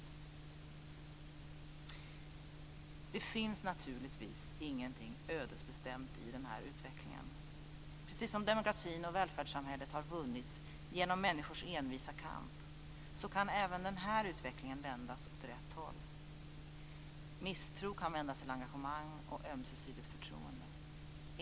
Det finns naturligtvis ingenting ödesbestämt i den här utvecklingen. Precis som demokratin och välfärdssamhället har vunnits genom människors envisa kamp kan även denna utveckling vändas åt rätt håll. Misstro kan vändas till engagemang och ömsesidigt förtroende.